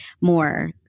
more